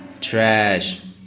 trash